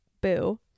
Boo